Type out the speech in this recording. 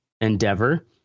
endeavor